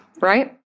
right